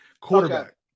Quarterback